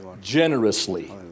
generously